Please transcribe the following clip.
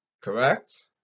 Correct